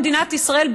במדינת ישראל,